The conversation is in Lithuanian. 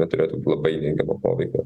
neturėtų labai neigiamo poveikio